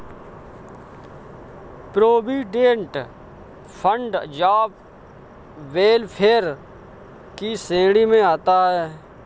provident fund job welfare की श्रेणी में आता है